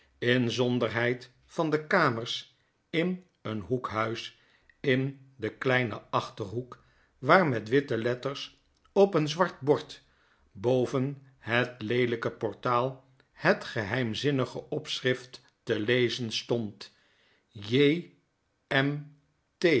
inzonderheid van de kamers in een hoekhuis in den kleinen achterhoek waar met witte letters op een zwart bord boven bet leeljjke portaal het geheimzinnige opschrift te lezen stond